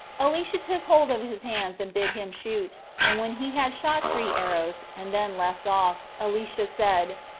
elisha took hold of his hands and bid him shoot and when he had shot three arrows, and then left off, elisha said,